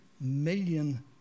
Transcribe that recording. million